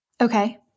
Okay